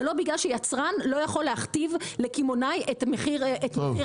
זה לא בגלל שיצרן לא יכול להכתיב לקמעונאי את מחיר המוצר.